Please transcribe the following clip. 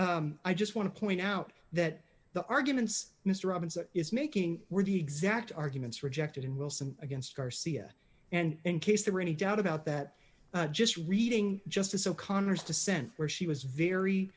i just want to point out that the arguments mr robinson is making were the exact arguments rejected in wilson against garcia and in case there were any doubt about that just reading justice o'connor's dissent where she was very